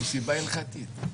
זו סיבה הלכתית.